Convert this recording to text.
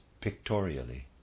pictorially